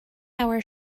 hour